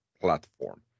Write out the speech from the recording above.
platform